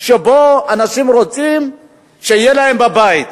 שאנשים רוצים שיהיה להם בבית.